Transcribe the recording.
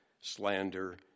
slander